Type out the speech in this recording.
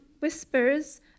whispers